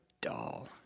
doll